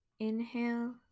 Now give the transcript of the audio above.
inhale